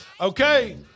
Okay